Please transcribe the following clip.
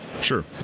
Sure